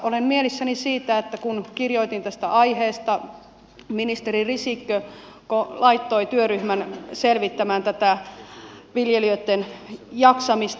olen mielissäni siitä että kun kirjoitin tästä aiheesta ministeri risikko laittoi työryhmän selvittämään tätä viljelijöitten jaksamista